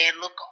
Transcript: look